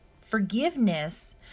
forgiveness